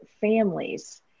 families